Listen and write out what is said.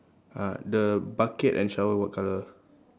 ah the bucket and shower what colour